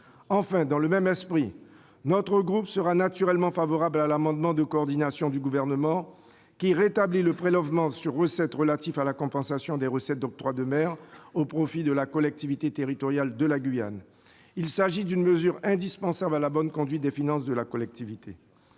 outre, dans le même esprit, notre groupe sera naturellement favorable à l'amendement de coordination du Gouvernement tendant à rétablir le prélèvement sur recettes relatif à la compensation des recettes d'octroi de mer au profit de la collectivité territoriale de Guyane. Il s'agit là d'une mesure indispensable à la bonne conduite des finances de la collectivité.